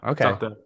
Okay